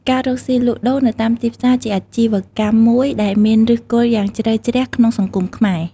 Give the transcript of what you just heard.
ការរកស៊ីលក់ដូរនៅតាមទីផ្សារជាអាជីវកម្មមួយដែលមានឫសគល់យ៉ាងជ្រៅជ្រះក្នុងសង្គមខ្មែរ។